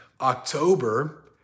October